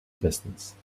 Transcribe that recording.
distance